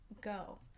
go